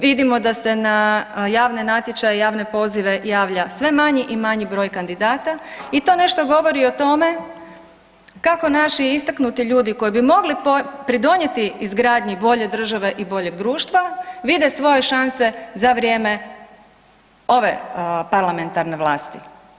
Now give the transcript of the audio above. Vidimo da se na javne natječaje i javne pozive javlja sve manji i manji broj kandidata i to nešto govori o tome kako naši istaknuti ljudi koji bi mogli pridonijeti izgradnji bolje države i boljeg društva vide svoje šanse za vrijeme ove parlamentarne vlasti.